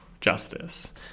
justice